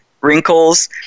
wrinkles